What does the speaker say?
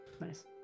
Nice